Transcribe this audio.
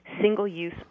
single-use